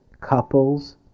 couples